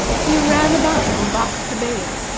he ran about from box to bale,